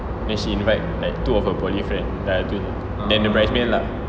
then she invite like two of her poly friends dah tu jer then her bridesmaids lah